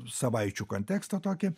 savaičių kontekstą tokį